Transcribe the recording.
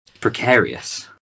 precarious